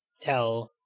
tell